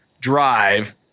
drive